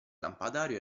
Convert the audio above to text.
lampadario